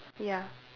ya